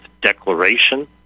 declaration